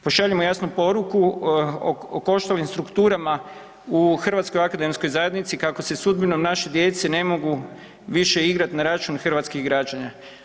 Pošaljimo jasnu poruku okoštalim strukturama u hrvatskoj akademskoj zajednici kako se sudbinom naše djece ne mogu više igrati na račun hrvatskih građana.